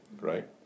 right